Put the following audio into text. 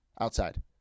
outside